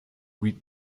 read